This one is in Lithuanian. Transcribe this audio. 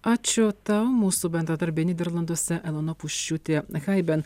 ačiū ta mūsų bendradarbė nyderlanduose elona puščiūtė haiben